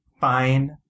fine